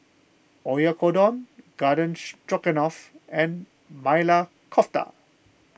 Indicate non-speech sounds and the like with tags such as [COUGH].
Oyakodon Garden [UNINTELLIGIBLE] Stroganoff and Maili Kofta